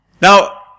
Now